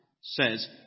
says